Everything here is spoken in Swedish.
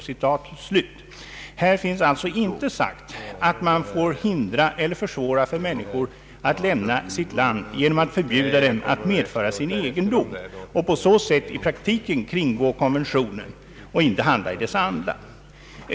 Här finns alltså inte nämnt att man får hindra eller försvåra för människor att lämna sitt land genom att förbjuda dem att medföra sin egendom och på så sätt i praktiken kringgå konventionen och inte handla i dess anda.